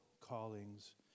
callings